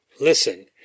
Listen